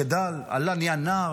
הוא גדל, עלה ונהיה נער.